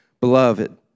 Beloved